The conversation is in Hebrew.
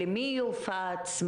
למי יופץ?